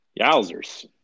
Yowzers